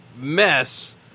mess